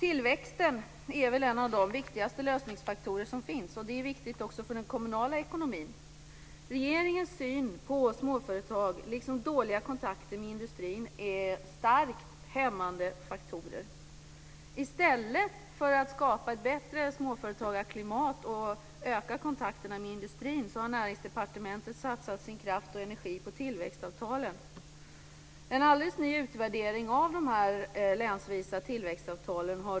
Tillväxten är en av de viktigaste faktorerna som finns för en lösning. Den är också viktig för den kommunala ekonomin. Regeringens syn på småföretag liksom dåliga kontakter med industrin är starkt hämmande faktorer. I stället för att skapa ett bättre småföretagarklimat och öka kontakterna med industrin har Näringsdepartementet satsat sin kraft och sin energi på tillväxtavtalen.